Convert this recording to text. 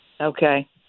Okay